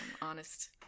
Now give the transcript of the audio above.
Honest